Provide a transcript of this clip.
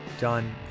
done